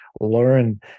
learn